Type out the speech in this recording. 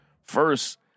First